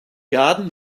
garden